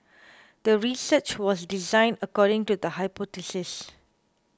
the research was designed according to the hypothesis